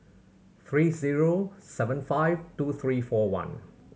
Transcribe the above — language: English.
three zero seven five two three four one